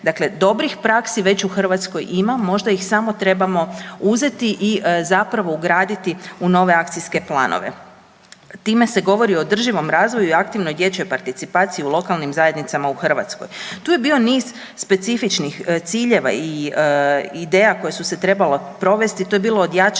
Dobrih praksi već u Hrvatskoj ima, možda ih samo trebamo uzeti i zapravo ugraditi u nove akcijske planove. Time se govori o održivom razvoju i aktivnoj dječjoj participaciji u lokalnim zajednicama u Hrvatskoj. Tu je bio niz specifičnih ciljeva i ideja koje su se trebale provesti to je bilo od jačanja